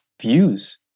views